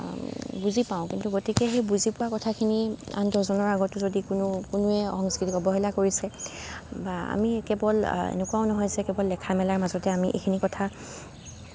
বুজি পাওঁ কিন্তু গতিকে সেই বুজি পোৱা কথাখিনি আন দহজনৰ আগতো যদি কোনো কোনোৱে সাংস্কৃতিক অৱহেলা কৰিছে বা আমি কেৱল এনেকুৱাও নহয় যে কেৱল লেখা মেলাৰ মাজতে আমি এইখিনি কথা